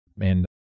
And-